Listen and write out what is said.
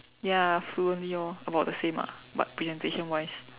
ya fluently lor about the same ah but presentation wise